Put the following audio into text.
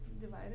divided